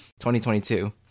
2022